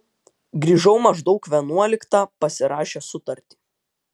grįžau maždaug vienuoliktą pasirašęs sutartį